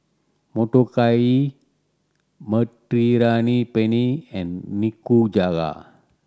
Motoyaki Mediterranean Penne and Nikujaga